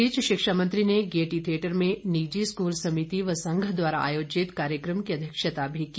इस बीच शिक्षा मंत्री ने गेयटी थियेटर में निजी स्कूल समिति व संघ द्वारा आयोजित कार्यक्षता भी की